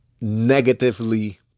negatively